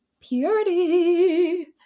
purity